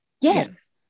Yes